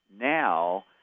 now